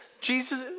Jesus